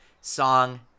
song